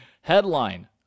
Headline